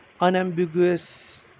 Unambiguous